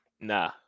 Nah